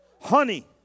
Honey